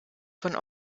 von